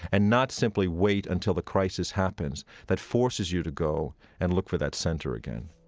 and not simply wait until the crisis happens that forces you to go and look for that center again